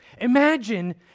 Imagine